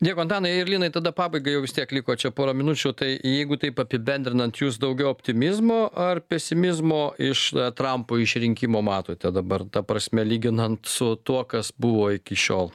nieko antanai ir linai tada pabaigai jau vis tiek liko čia pora minučių tai jeigu taip apibendrinant jūs daugiau optimizmo ar pesimizmo iš trampo išrinkimo matote dabar ta prasme lyginant su tuo kas buvo iki šiol